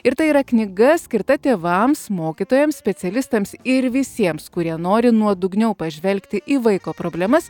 ir tai yra knyga skirta tėvams mokytojams specialistams ir visiems kurie nori nuodugniau pažvelgti į vaiko problemas